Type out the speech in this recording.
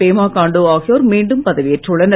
பேமா காண்டு ஆகியோர் மீண்டும் பதவியேற்றுள்ளனர்